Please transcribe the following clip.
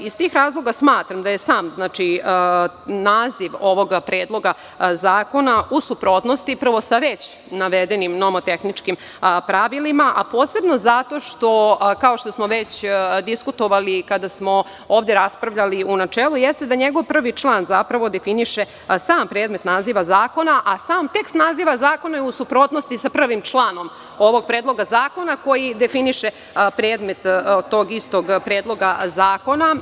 Iz tih razloga, smatram da je sam naziv ovog predloga zakona u suprotnosti sa već navedenim nomo-tehničkim pravilima, a posebno zato što, kao što smo već di-skutovali kada smo ovde raspravljali u načelu, jeste da njegov prvi član zapravo definiše sam predmet naziva zakona a sam tekst naziva zakona je u suprotnosti sa prvim članom ovog predloga zakona koji definiše predmet tog istog predloga zakona.